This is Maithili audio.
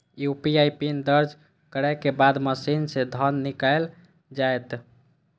यू.पी.आई पिन दर्ज करै के बाद मशीन सं धन निकैल जायत